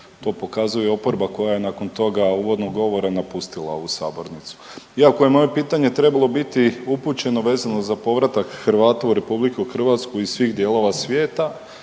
To pokazuje oporba koja nakon toga uvodnog govora napustila ovu sabornicu. Iako je moje pitanje trebalo biti upućeno, vezano za povratak Hrvata u RH iz svih dijelova svijeta,